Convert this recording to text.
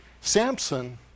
Samson